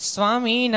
Swami